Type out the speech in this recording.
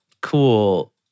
cool